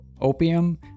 Opium